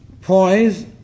poise